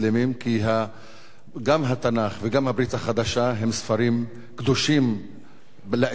כי גם התנ"ך וגם הברית החדשה הם ספרים קדושים לאסלאם,